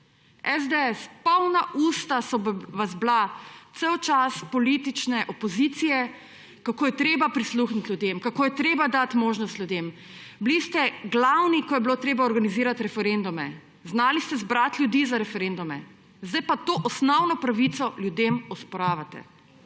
SDS, polna usta so vas bila ves čas politične opozicije, kako je treba prisluhniti ljudem, kako je treba dati možnost ljudem. Bili ste glavni, ko je bilo treba organizirati referendume. Znali ste zbrati ljudi za referendume. Zdaj pa to osnovno pravico ljudem osporavate.